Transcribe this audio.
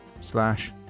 slash